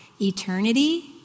eternity